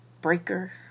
Breaker